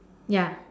ya